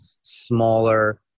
smaller